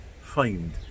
find